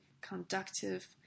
conductive